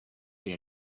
see